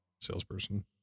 salesperson